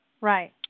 right